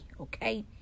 okay